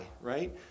right